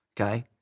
okay